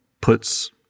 puts